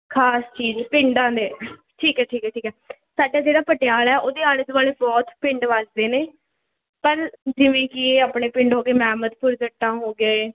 ਖ਼ਾਸ ਚੀਜ਼ ਪਿੰਡਾਂ ਦੇ ਠੀਕ ਹੈ ਠੀਕ ਹੈ ਠੀਕ ਹੈ ਸਾਡਾ ਜਿਹੜਾ ਪਟਿਆਲਾ ਉਹਦੇ ਆਲੇ ਦੁਆਲੇ ਬਹੁਤ ਪਿੰਡ ਵੱਸਦੇ ਨੇ ਪਰ ਜਿਵੇਂ ਕਿ ਆਪਣੇ ਪਿੰਡ ਹੋ ਗਏ ਮੈਮਦਪੁਰ ਜੱਟਾਂ ਹੋ ਗਏ